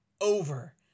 over